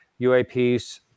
UAPs